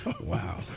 Wow